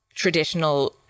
traditional